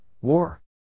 War